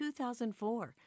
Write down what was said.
2004